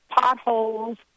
potholes